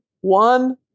one